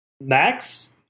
Max